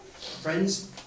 Friends